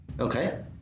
okay